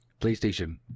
PlayStation